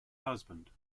husband